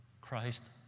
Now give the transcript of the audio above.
Christ